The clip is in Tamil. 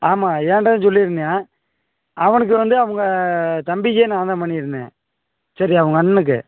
ஆமாம் ஏன்கிட்ட தான் சொல்லியிருந்தான் அவனுக்கு வந்து அவங்க தம்பிக்கே நான் தான் பண்ணியிருந்தேன் சரியாக உங்க அண்ணனுக்கு